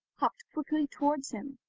hopped quickly towards him,